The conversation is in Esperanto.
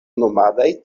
nomadaj